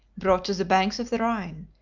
brought to the banks of the rhine,